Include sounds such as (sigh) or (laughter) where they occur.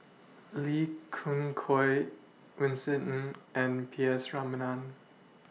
Lee Khoon Choy Vincent Ng and P S (unintelligible)